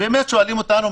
שואלים אותנו,